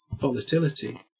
volatility